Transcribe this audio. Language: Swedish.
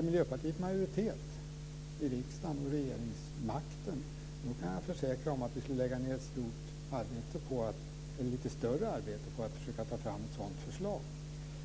Om Miljöpartiet hade majoritet i riksdagen och regeringsmakten, kan jag försäkra att vi skulle lägga ned ett lite större arbete för att försöka ta fram ett sådant förslag.